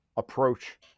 approach